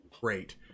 great